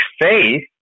faith